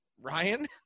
Ryan